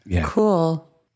Cool